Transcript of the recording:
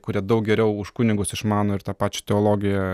kurie daug geriau už kunigus išmano ir tą pačią teologiją